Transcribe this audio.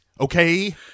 okay